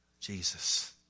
Jesus